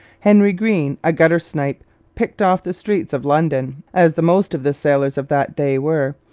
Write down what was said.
henry greene, a gutter-snipe picked off the streets of london, as the most of the sailors of that day were,